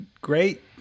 Great